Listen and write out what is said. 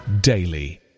daily